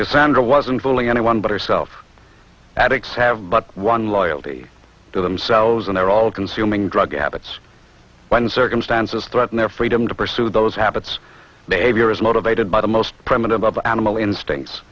because sandra wasn't fooling anyone but herself addicts have but one loyalty to themselves and their all consuming drug habits when circumstances threaten their freedom to pursue those habits behavior is motivated by the most primitive of animal instinct